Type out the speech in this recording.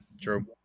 true